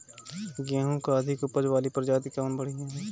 गेहूँ क अधिक ऊपज वाली प्रजाति कवन बढ़ियां ह?